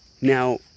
Now